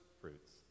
fruits